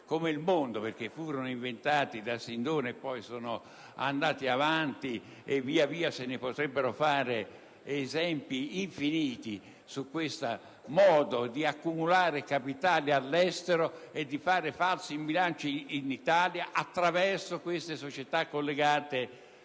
come il mondo, perché furono inventati da Sindona e poi sono andati via via evolvendosi: e si potrebbero fare esempi infiniti su questo modo di accumulare capitali all'estero e di fare falso in bilancio in Italia attraverso società collegate